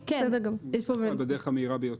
יש פה גם את סעיף (ג1),